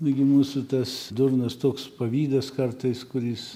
nu gi mūsų tas durnas toks pavydas kartais kuris